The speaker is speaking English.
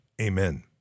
amen